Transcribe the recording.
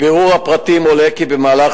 1 2. מבירור הפרטים עולה כי במהלך